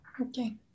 Okay